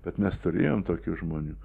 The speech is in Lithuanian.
bet mes turėjom tokių žmonių